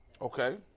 Okay